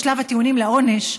בשלב הטיעונים לעונש,